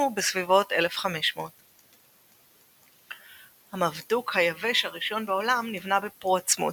בסביבות 1500. המבדוק היבש הראשון בעולם נבנה בפורטסמות'